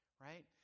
right